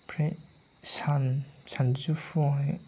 ओमफ्राय सान सानजौफुआवहाय